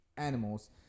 Animals